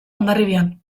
hondarribian